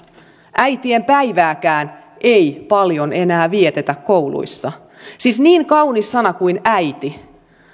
äitienpäivääkään ei paljon enää vietetä kouluissa siis niin kaunis sana kuin äiti